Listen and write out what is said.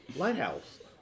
Lighthouse